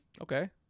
Okay